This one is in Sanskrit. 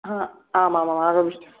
हा आमामामागमिष्यामि